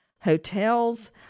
hotels